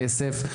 כסף,